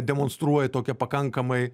demonstruoja tokią pakankamai